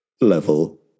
level